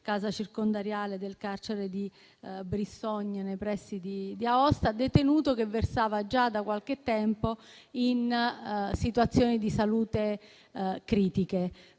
casa circondariale di Brissogne nei pressi di Aosta, un detenuto che versava già da qualche tempo in situazioni di salute critiche.